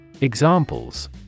Examples